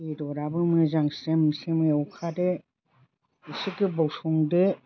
बेदराबो मोजां स्रेम स्रेम एवखादो एसे गोबाव संदो